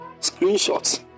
screenshots